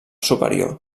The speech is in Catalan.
superior